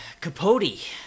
Capote